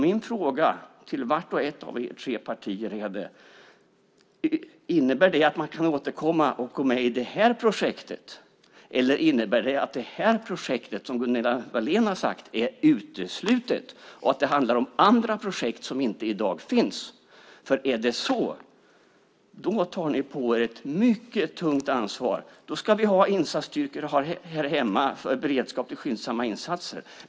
Min fråga till vart och ett av de tre partierna är: Innebär det att man kan återkomma och gå med i det här projektet, eller innebär det att detta projekt, som Gunilla Wahlén har sagt, är uteslutet och det handlar om andra projekt som inte finns i dag? Är det så tar ni på er ett mycket tungt ansvar. Då ska vi ha insatsstyrkor här hemma för beredskap till skyndsamma insatser.